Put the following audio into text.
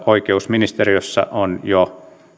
oikeusministeriössä on jo